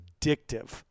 addictive